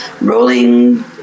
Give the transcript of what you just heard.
rolling